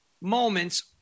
moments